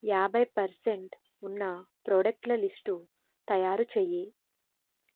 యాబై పర్సెంట్ ఉన్న ప్రొడక్ట్ల లిస్టు తయారు చేయి